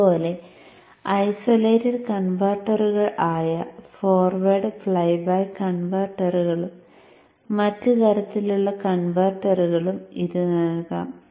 അതുപോലെ ഐസൊലേറ്റഡ് കൺവെർട്ടറുകൾ ആയ ഫോർവേഡ് ഫ്ലൈ ബാക്ക് കൺവെർട്ടറുകളും മറ്റ് തരത്തിലുള്ള കൺവെർട്ടറുകളും ഇത് നൽകാം